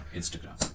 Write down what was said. Instagram